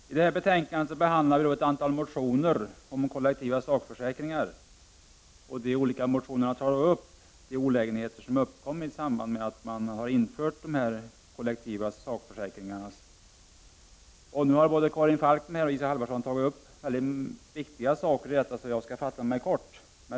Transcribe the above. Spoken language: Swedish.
Herr talman! I det här betänkandet behandlas ett antal motioner om kollektiva sakförsäkringar. Motionärerna tar upp de problem och olägenheter som uppkommit i samband med de kollektiva försäkringarnas införande. Både Karin Falkmer och Isa Halvarsson har nu framfört en del viktiga synpunkter, och jag skall därför fatta mig kort.